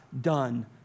done